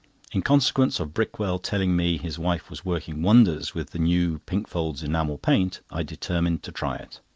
in consequence of brickwell telling me his wife was working wonders with the new pinkford's enamel paint, i determined to try it.